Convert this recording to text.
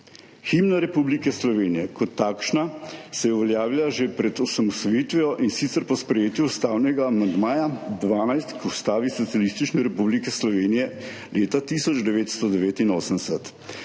Himna Republike Slovenije kot takšna se je uveljavila že pred osamosvojitvijo, in sicer po sprejetju ustavnega amandmaja XII k Ustavi Socialistične republike Slovenije leta 1989.